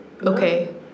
okay